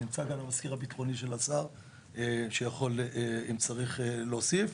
גם נמצא כאן המזכיר הביטחוני של השר ואם צריך הוא יוכל להוסיף.